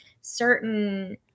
certain